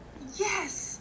yes